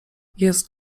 jest